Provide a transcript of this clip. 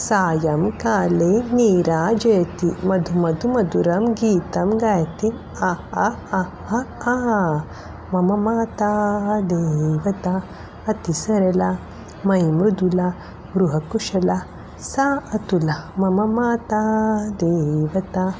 सायं काले नीरा जयति मधु मधुमधुरं गीतं गायति अह् अह् अह् आ मम माता देवता अतिसरला मयि मृदुला गृहकुशला सा अतुला मम माता देवता